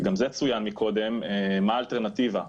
גם זה צוין קודם מה האלטרנטיבה.